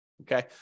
Okay